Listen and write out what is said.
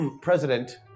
President